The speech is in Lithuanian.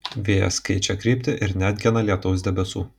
vėjas keičia kryptį ir neatgena lietaus debesų